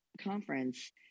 conference